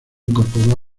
incorporó